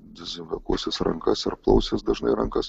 dezinfekuosis rankas ar plausis dažnai rankas